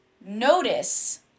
Notice